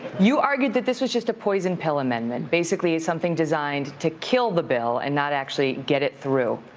you argued that this was just a poison pill amendment, basically it's something designed to kill the bill and not actually get it through.